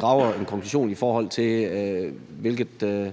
drager en konklusion, altså placerer et